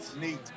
Neat